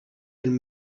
elles